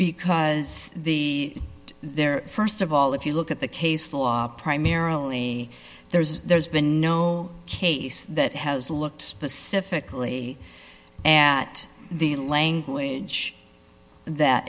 because the there st of all if you look at the case law primarily there's there's been no case that has looked specifically at the language that